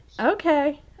okay